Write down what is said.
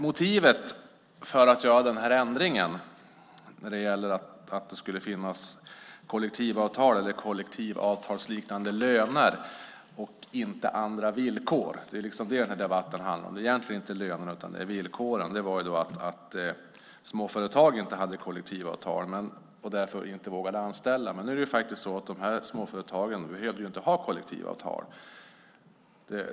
Motivet för att göra den här ändringen, att det ska finnas kollektivavtal eller kollektivavtalsliknande löner, som den här debatten egentligen handlar om och inte om löner, var att småföretag inte hade kollektivavtal och därför inte vågade anställa. Men nu är det faktiskt så att småföretagen inte behöver ha kollektivavtal.